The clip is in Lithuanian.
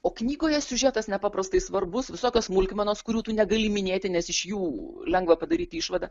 o knygoje siužetas nepaprastai svarbus visokios smulkmenos kurių tu negali minėti nes iš jų lengva padaryti išvadą